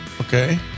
okay